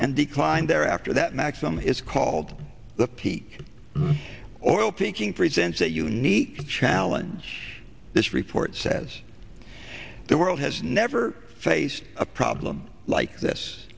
and decline there after that maxim is called the peak oil peaking presents a unique challenge this report says the world has never faced a problem like this